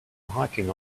hiking